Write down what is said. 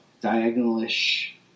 diagonal-ish